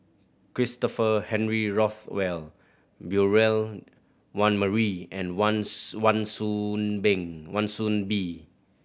Christopher Henry Rothwell Beurel Wan Marie and Wan Wan Soon Been Wan Soon Bee